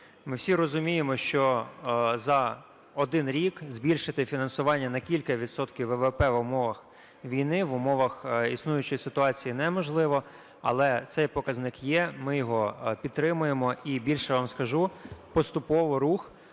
Ми всі розуміємо, що за 1 рік збільшити фінансування на кілька відсотків ВВП в умовах війни, в умовах існуючої ситуації неможливо. Але цей показник є, ми його підтримуємо, і, більше вам скажу, поступово рух